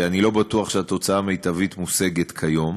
אני לא בטוח שהתוצאה המיטבית מושגת כיום,